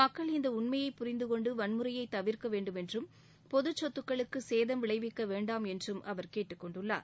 மக்கள் இந்த உண்மயைப் புரிந்து கொண்டு வன்முறையை தவிர்க்க வேண்டுமென்றும் பொதுச் சொத்துக்களுக்கு சேதம் விளைவிக்க வேண்டாம் என்றும் அவர் கேட்டுக் கொண்டுள்ளார்